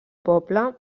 poble